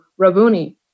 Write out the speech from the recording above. Rabuni